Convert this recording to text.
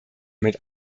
mit